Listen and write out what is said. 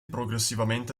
progressivamente